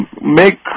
make